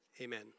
Amen